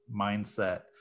mindset